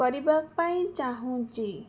କରିବା ପାଇଁ ଚାହୁଁଛି